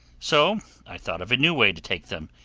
so i thought of a new way to take them,